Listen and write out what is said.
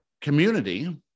community